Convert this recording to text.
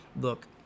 Look